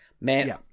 man